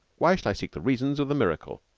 why shall i seek the reasons of the miracle?